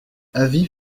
avis